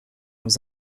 was